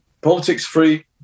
politics-free